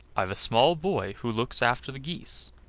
i've a small boy who looks after the geese,